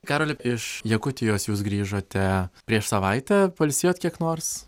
karoli iš jakutijos jūs grįžote prieš savaitę pailsėjot kiek nors